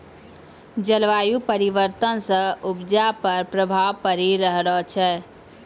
जलवायु परिवर्तन से उपजा पर प्रभाव पड़ी रहलो छै